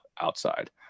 outside